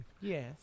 Yes